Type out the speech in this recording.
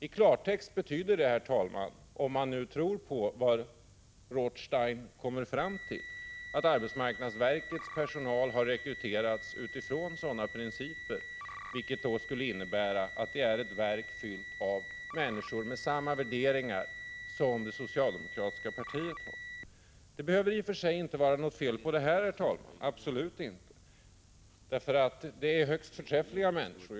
I klartext, herr talman, betyder detta, om man nu tror på vad Rothstein kommer fram till, att arbetsmarknadsverkets personal har rekryterats utifrån sådana principer, vilket då skulle innebära att verket är fyllt med människor med samma värderingar som det socialdemokratiska partiet har. Det behöver i och för sig inte vara något fel i detta — absolut inte. Det är fråga om högst förträffliga människor.